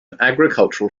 agricultural